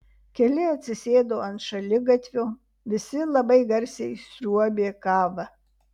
keli atsisėdo ant šaligatvio visi labai garsiai sriuobė kavą